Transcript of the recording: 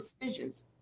decisions